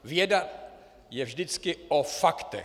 Věda je vždycky o faktech.